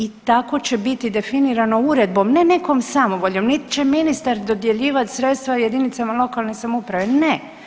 I tako će biti definirano uredbom, ne nekom samovoljom nit će ministar dodjeljivati sredstva jedinicama lokalne samouprave, ne.